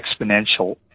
exponential